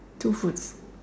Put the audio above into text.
two foods